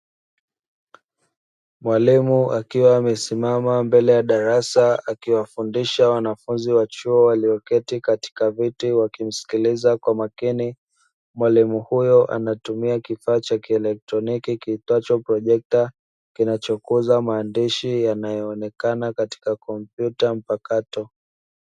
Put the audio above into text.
Mwalimu akiwa amesimama mbele ya darasa akiwafundisha wanafunzi wa chuo walioketi katika viti wakimsikiliza kwa makini, mwalimu huyo anatumia kifaa cha kielektroniki kiitwacho projekta , kinachokuza maandishi yanayoonekana katika kompyuta mpakato.